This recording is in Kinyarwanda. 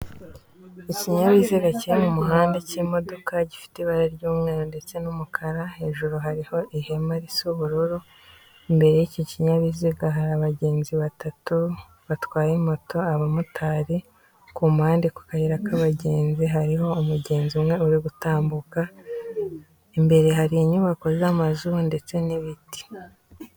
Ikinyabiziga kiri mu muhanda cy'imodoka, gifite ibara ry'umweru ndetse n'umukara, hejuru hariho ihema risa ubururu, imbere y'iki kinyabiziga hari abagenzi batatu batwaye moto, abamotari, ku mpande ku kayira k'abagenzi hariho umugenzi umwe uri gutambuka, imbere hari inyubako z'amazu ndetse n'ibiti.